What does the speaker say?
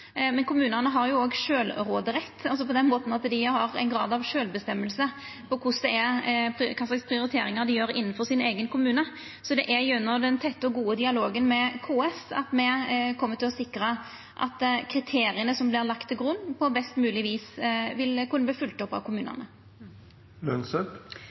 Men kommunane har sjølvråderett, på den måten at dei har ein grad av sjølvråderett over kva slags prioriteringar dei gjer innanfor sin eigen kommune. Det er gjennom den tette og gode dialogen med KS at me kjem til å sikra at kriteria som vert lagde til grunn, på best mogleg vis kan verta følgde opp av